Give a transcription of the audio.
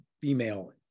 female